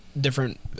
different